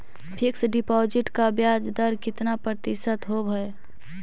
Fix deposit का ब्याज दर कितना प्रतिशत होब है?